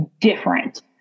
different